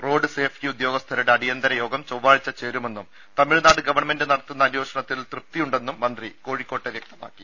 road safety ഉദ്യോഗസ്ഥരുടെ അടിയന്തരയോഗം ചൊവ്വാഴ്ച ചേരുമെന്നും തമി ഴ്നാട് ഗവൺമെന്റ് നടത്തുന്ന അന്വേഷണത്തിൽ തൃപ്തിയു ണ്ടെന്നും മന്ത്രി കോഴിക്കോട്ട് വ്യക്തമാക്കി